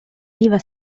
riva